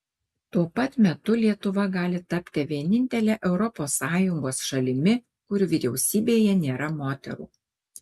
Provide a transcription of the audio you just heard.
tuo pat metu lietuva gali tapti vienintele europos sąjungos šalimi kur vyriausybėje nėra moterų